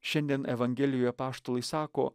šiandien evangelijoje apaštalai sako